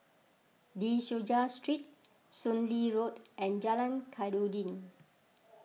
De Souza Street Soon Lee Road and Jalan Khairuddin